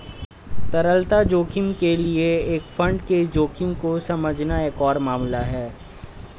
तरलता जोखिम के लिए एक फंड के जोखिम को समझना एक और मामला है